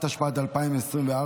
התשפ"ד 2024,